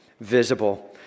visible